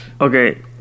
Okay